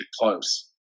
close